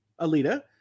alita